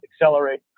accelerate